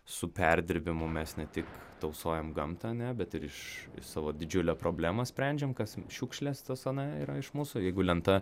su perdirbimu mes ne tik tausojam gamtą ane bet ir iš savo didžiulę problemą sprendžiam kas šiukšlės tas ane yra iš mūsų jeigu lenta